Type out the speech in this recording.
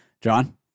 John